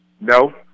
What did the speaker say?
No